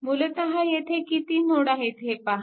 मूलतः येथे किती नोड आहेत हे पहा